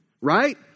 right